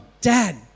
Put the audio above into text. Dad